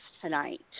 tonight